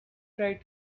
tried